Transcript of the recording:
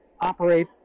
operate